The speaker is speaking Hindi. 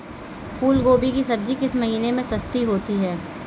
फूल गोभी की सब्जी किस महीने में सस्ती होती है?